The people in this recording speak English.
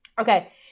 Okay